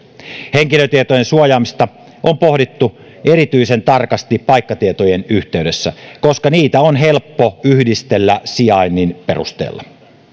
henkilötietojen suojaamista on pohdittu erityisen tarkasti paikkatietojen yhteydessä koska niitä on helppo yhdistellä sijainnin perusteella